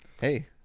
Hey